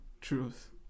truth